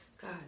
God